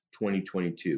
2022